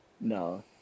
No